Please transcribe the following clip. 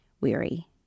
weary